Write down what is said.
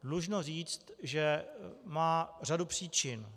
Dlužno říct, že má řadu příčin.